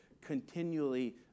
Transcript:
continually